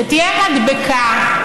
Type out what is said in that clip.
שתהיה מדבקה.